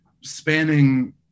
spanning